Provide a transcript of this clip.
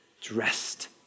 dressed